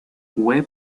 web